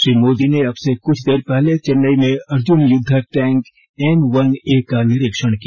श्री मोदी ने अब से कुछ देर पहले चेन्नई में अर्जुन युद्धक टैंक एम वन ए का निरीक्षण किया